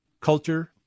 culture